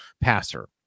passer